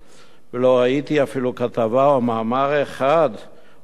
לא ראיתי אפילו כתבה או מאמר אחד על התגוננות